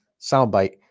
soundbite